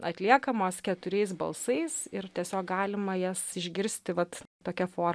atliekamos keturiais balsais ir tiesiog galima jas išgirsti vat tokia forma